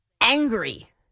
angry